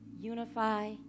unify